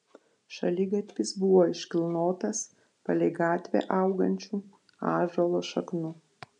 šaligatvis buvo iškilnotas palei gatvę augančių ąžuolo šaknų